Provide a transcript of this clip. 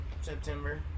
September